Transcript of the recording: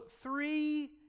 three